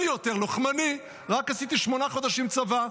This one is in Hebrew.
אני יותר לוחמני, עשיתי רק שמונה חודשים צבא.